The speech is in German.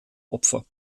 opfer